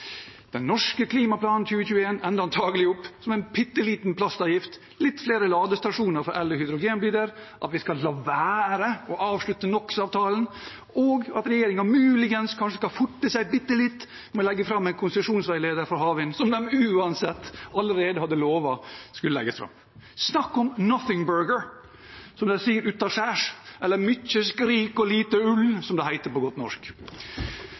Den norske klimaplanen 2021 ender antagelig som en bitte liten plastavgift, litt flere ladestasjoner for el- og hydrogenbiler, at vi skal la være å avslutte NO x -avtalen, og at regjeringen muligens kanskje kan forte seg bitte litt med å legge fram en konsesjonsveileder for havvind, som de uansett allerede hadde lovet skulle legges fram. Snakk om «nothingburger», som de sier utaskjærs, eller mye skrik og lite ull, som det heter på godt norsk.